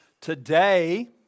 today